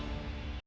Дякую.